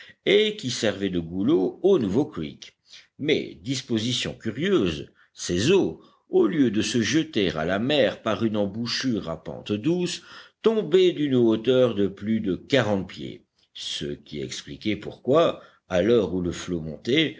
et qui servait de goulot au nouveau creek mais disposition curieuse ses eaux au lieu de se jeter à la mer par une embouchure à pente douce tombaient d'une hauteur de plus de quarante pieds ce qui expliquait pourquoi à l'heure où le flot montait